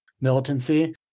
militancy